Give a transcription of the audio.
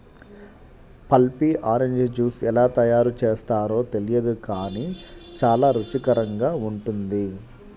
pulpy orange juice ఎలా తయారు చేస్తారో తెలియదు గానీ చాలా రుచికరంగా ఉంటుంది